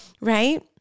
right